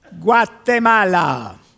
Guatemala